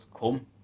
come